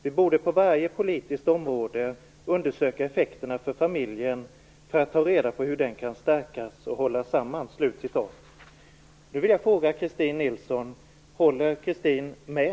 Vi borde på varje politiskt område undersöka effekterna för familjen, för att ta reda på hur den kan stärkas och hållas samman. Håller Christin Nilsson med?